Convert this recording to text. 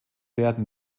werden